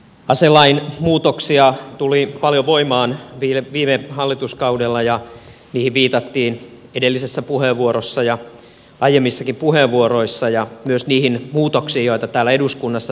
aselain muutoksia tuli paljon voimaan viime hallituskaudella ja niihin viitattiin edellisessä puheenvuorossa ja aiemmissakin puheenvuoroissa ja myös niihin muutoksiin joita täällä eduskunnassa tehtiin